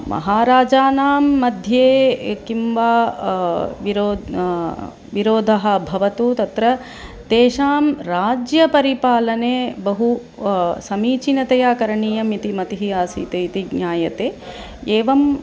महाराजानाम्मध्ये किं वा विरो विरोदः भवतु तत्र तेषां राज्यपरिपालने बहु समीचीनतया करणीयम् इति मतिः आसीत् इति ज्ञायते एवम्